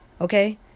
Okay